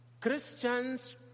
Christians